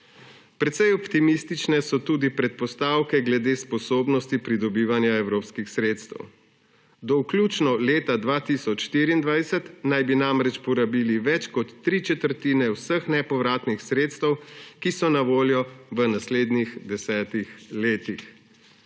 »Precej optimistične so tudi predpostavke glede sposobnosti pridobivanja evropskih sredstev. Do vključno leta 2024 naj bi namreč porabili več kot tri četrtine vseh nepovratnih sredstev, ki so na voljo v naslednjih 10 letih.«